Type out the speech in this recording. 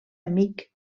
amic